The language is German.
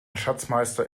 schatzmeister